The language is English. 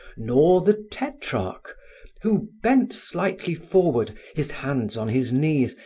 nor the tetrarch who, bent slightly forward, his hands on his knees,